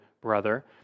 brother